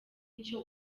icyo